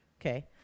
okay